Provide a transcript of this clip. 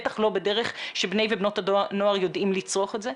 בטח לא בדרך שבני ובנות הנוער יודעים לצרוך את זה.